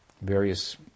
various